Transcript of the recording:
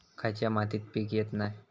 खयच्या मातीत पीक येत नाय?